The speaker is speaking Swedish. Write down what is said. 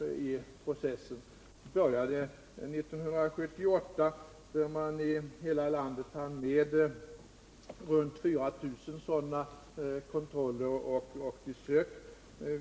i processen. Det började tillämpas 1978, då man i hela landet hann med runt 4 000 sådana kontroller och besök.